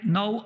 no